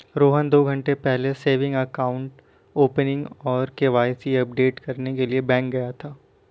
रोहन दो घन्टे पहले सेविंग अकाउंट ओपनिंग और के.वाई.सी अपडेट करने के लिए बैंक गया था